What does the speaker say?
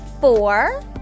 four